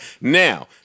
Now